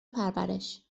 پرورش